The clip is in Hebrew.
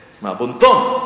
מהבון-טון.